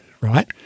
right